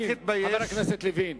חבר הכנסת לוין,